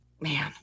Man